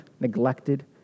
neglected